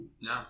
no